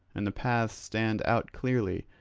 and the paths stand out clearly,